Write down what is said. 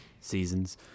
seasons